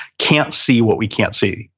can't see what we can't see.